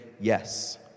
yes